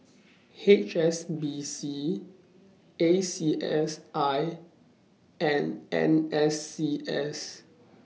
H S B C A C S I and N S C S